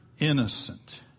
innocent